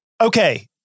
Okay